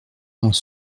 dans